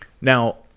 now